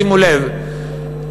שימו לב,